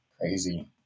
Crazy